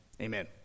amen